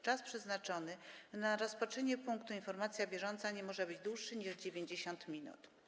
Czas przeznaczony na rozpatrzenie punktu: Informacja bieżąca nie może być dłuższy niż 90 minut.